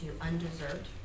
undeserved